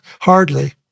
hardly